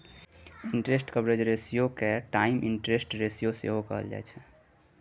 interest coverage रेशियोके times interest ratio सेहो कहल जाइत छै